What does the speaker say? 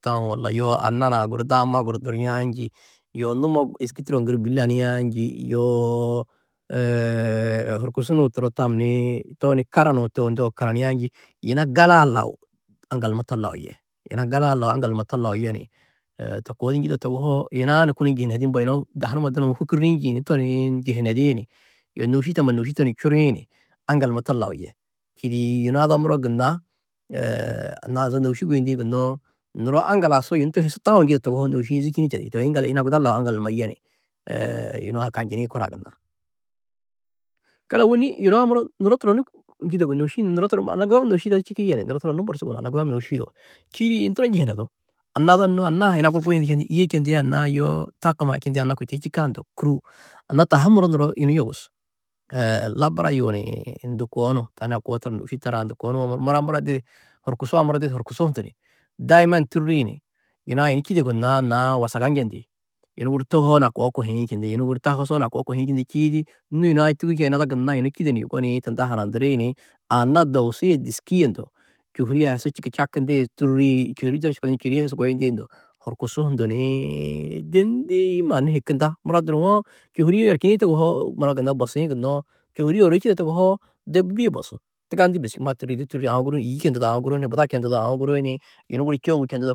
Taũ walla anna na guru daama guru duriadu njî, yoo numo êski turo ŋgiri bî laniadu njî, yoo horkusu nuu turo tam nii, tooni karanu turo ndeu karaniadu njî, yina gala-ã laũ aŋgal numa to laũ ye, yina gala-ã lau aŋgal numa to laũ ye ni to kodi njidê toguhoo, yina-ã ni kunu njinihedi, mbo yunu dahu numa dunuũ hôkoriĩ njî to nii njinihedi ni, yoo nôuši tamma ni nôuši numa čurui ni, aŋgal numa to laũ ye, čîidi yuna ada mura gunna anna-ã zo nôuši guyindi gunnó. Nuro aŋgal-ã su yunu tohi su taũ njîde toguhoo nôuši-ĩ zûčini tedi, toi yiŋgaldu aŋgal numa ye ni yunu-ã kanjinĩ korã gunna. Garru ôwonni yuna muro nuro turonno njîde gunú, nôuši-ĩ anna guda-ã mannu yidada čîki yani nuro turonnu borsu gunú, anna guda-ã mannu nôuši yidao, čîidi yunu turo njihinedú, anna ada nû anna-ã ha yuna guru guyundu čendĩ yîe čendiã na, yoo takumma čindiã anna kôi tohi čukã ndoo kûru, anna taa ha muro nuro yunu yogus, labara yuu nii ndu koo nu, tani a koo ni nôuši tarã ndu koo nuwo, mura, muro didi horkusu a muro horkusu hundu ni, daiman tûrri ni, yuna-ã yunu čîde yugonnãá na wasaga njendi, yunu guru tohoo ni a koo kohiĩ čindi. Yunu guru tagusoo ni a koo kohiĩ čindi. Čiidi nû yunu-ã tohî čîĩ yuna ada gunna ni yunu čîde yugó nii tunda harandiri ni anna dogusu yê dûski yê ndo čôhuri a hi su čûku čakindi tûrri čôhuri-ĩ to hi su kôčindi čôhuri a hi su kôčindi horkusu hundu ni de ndîi mannu hikinda mura duruwo čôhuri-ĩ yerčini toguhoo mura gunna bosĩ gunnoó čôhuri-ĩ ôro čide toguhoo de bîe bosú tigandî bes čûo ma tûrri di tûrri aũ guru hu ni yî čendudo aũ guru hu ni buda čendudo aũ guru hu ni yunu guru čoŋgu čendudo.